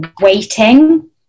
waiting